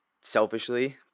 selfishly